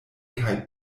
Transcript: kaj